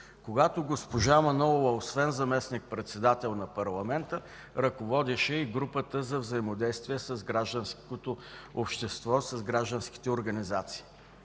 когато госпожа Манолова освен заместник-председател на парламента, ръководеше и групата за взаимодействие с гражданското общество, с гражданските организации.